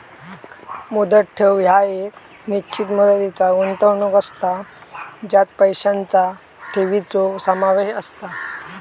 मुदत ठेव ह्या एक निश्चित मुदतीचा गुंतवणूक असता ज्यात पैशांचा ठेवीचो समावेश असता